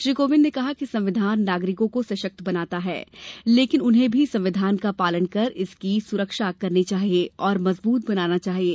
श्री कोविंद ने कहा कि संविधान नागरिकों सश्क्त बनाता है लेकिन उन्हें भी संविधान का पालन कर इसकी सुरक्षा करनी चाहिये और मजबूत बनाना चाहिये